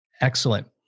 Excellent